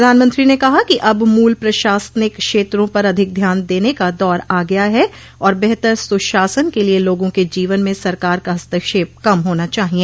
प्रधानमंत्री ने कहा कि अब मूल प्रशासनिक क्षेत्रों पर अधिक ध्यान देने का दौर आ गया है और बेहतर सुशासन के लिए लोगों के जीवन में सरकार का हस्तक्षेप कम होना चाहिए